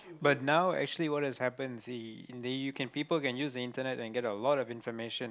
but now actually what has happen you see in the you can people can use the internet and get a lot of information